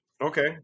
Okay